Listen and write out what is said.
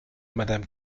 madame